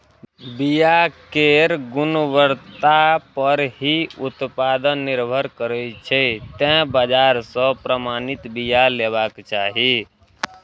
बिया केर गुणवत्ता पर ही उत्पादन निर्भर करै छै, तें बाजार सं प्रमाणित बिया लेबाक चाही